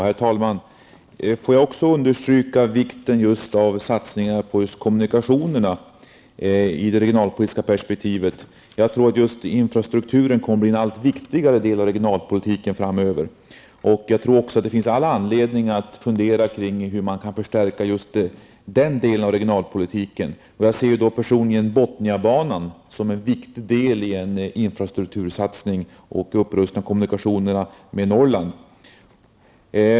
Herr talman! Får jag också understryka vikten av just satsningarna på kommunikationerna i det regionalpolitiska perspektivet. Jag tror att just infrastrukturen kommer att bli en allt viktigare del av regionalpolitiken framöver. Jag tror också att det finns all anledning att fundera över hur man kan förstärka just den delen av regionalpolitiken. Jag ser personligen Bottniabanan som en viktig del i en infrastruktursatsning och som en upprustning av kommunikationerna i Norrland.